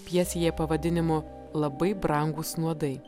pjesėje pavadinimu labai brangūs nuodai